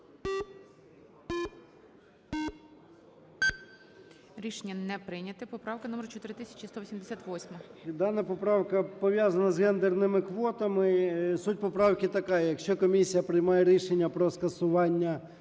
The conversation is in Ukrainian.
Рішення не прийнято. Поправка номер 4188. 11:05:27 ЧЕРНЕНКО О.М. Дана поправка пов'язана з гендерними квотами. Суть поправки така: якщо комісія приймає рішення про скасування